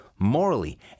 Morally